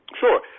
Sure